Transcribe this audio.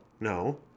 no